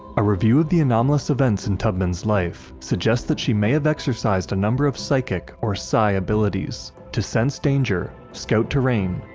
a review of the anomalous events in tubman's life suggests that she may have exercised a number of psychic, or psi, abilities to sense danger, scout terrain,